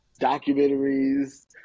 documentaries